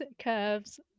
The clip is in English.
curves